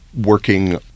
working